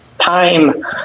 time